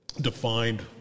defined